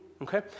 okay